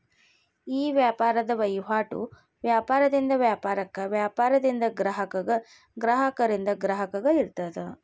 ಈ ವ್ಯಾಪಾರದ್ ವಹಿವಾಟು ವ್ಯಾಪಾರದಿಂದ ವ್ಯಾಪಾರಕ್ಕ, ವ್ಯಾಪಾರದಿಂದ ಗ್ರಾಹಕಗ, ಗ್ರಾಹಕರಿಂದ ಗ್ರಾಹಕಗ ಇರ್ತದ